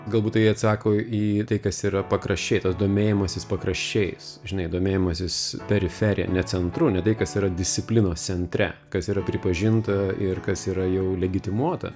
galbūt tai atsako į tai kas yra pakraščiai tas domėjimasis pakraščiais žinai domėjimasis periferija ne centru tai kas yra disciplinos centre kas yra pripažinta ir kas yra jau legitimuota